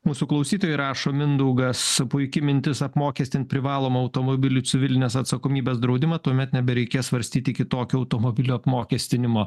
mūsų klausytojai rašo mindaugas puiki mintis apmokestint privalomą automobilių civilinės atsakomybės draudimą tuomet nebereikės svarstyti kitokio automobilio apmokestinimo